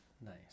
Nice